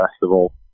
Festival